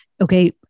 okay